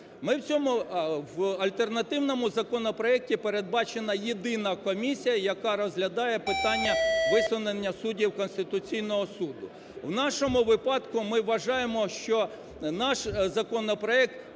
в цьому... в альтернативному законопроекті передбачена єдина комісія, яка розглядає питання висунення суддів Конституційного Суду. В нашому випадку ми вважаємо, що наш законопроект